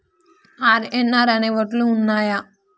RNR అనే వడ్లు ఉన్నయా?